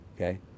okay